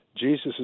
Jesus